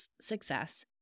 success